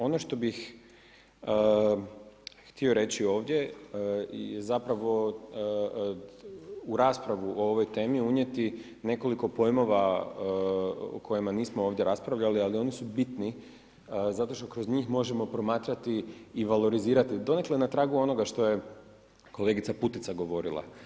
Ono što bih htio reći ovdje i raspravu u ovoj temi unijeti nekoliko pojmova o kojima nismo ovdje raspravljali, ali oni su bitni zato što kroz njih možemo promatrati i valorizirati donekle na tragu onoga što je kolegica PUtica govorila.